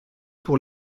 pour